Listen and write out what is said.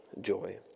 joy